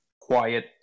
quiet